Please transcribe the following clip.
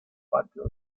patio